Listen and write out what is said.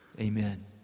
Amen